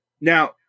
now